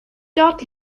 dort